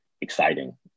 exciting